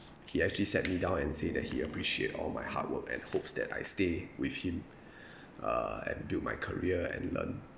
he actually sat me down and say that he appreciate all my hard work and hopes that I stay with him uh and build my career and learn